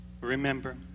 Remember